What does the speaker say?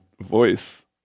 voice